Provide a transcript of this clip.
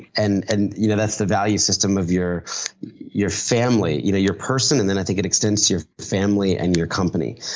and and you know that's the value system of your your family, you know your person and then, i think it extends to your family and your company.